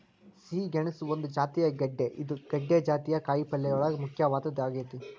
ಸಿಹಿ ಗೆಣಸು ಒಂದ ಜಾತಿಯ ಗೆಡ್ದೆ ಇದು ಗೆಡ್ದೆ ಜಾತಿಯ ಕಾಯಪಲ್ಲೆಯೋಳಗ ಮುಖ್ಯವಾದದ್ದ ಆಗೇತಿ